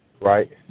right